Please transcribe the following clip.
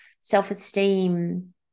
self-esteem